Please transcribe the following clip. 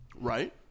Right